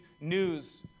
news